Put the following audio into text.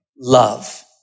love